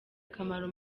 akamaro